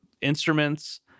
instruments